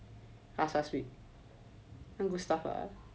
last last week do stuff ah